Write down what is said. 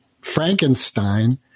Frankenstein